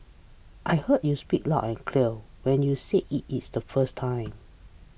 I heard speak you loud and clear when you said it is the first time